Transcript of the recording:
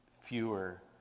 fewer